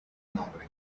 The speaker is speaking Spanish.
nombre